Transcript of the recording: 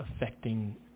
affecting